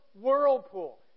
whirlpool